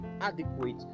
adequate